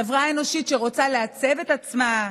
חברה אנושית שרוצה לעצב את עצמה,